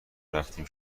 رفتیم